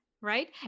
Right